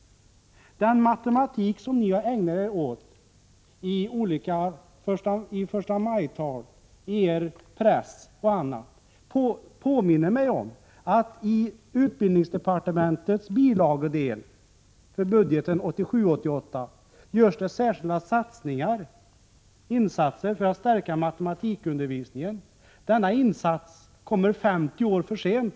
Den matematik som ni har ägnat er åt i olika förstamajtal och i pressen påminner mig om att i utbildningsdepartementets bilaga till årets budgetproposition hävdas att särskilda insatser skall göras för att stärka matematikundervisningen. Herr talman! Denna insats kommer 50 år för sent!